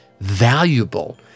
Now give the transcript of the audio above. valuable